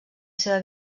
seva